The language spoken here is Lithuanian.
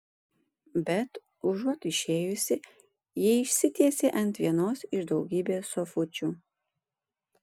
bet užuot išėjusi ji išsitiesė ant vienos iš daugybės sofučių